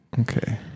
Okay